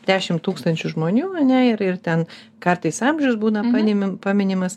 dešim tūkstančių žmonių ane ir ir ten kartais amžius būna panimi paminimas